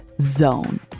.zone